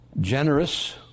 generous